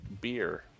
beer